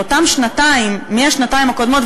באותן שנתיים מהשנתיים הקודמות,